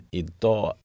idag